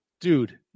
dude